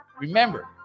remember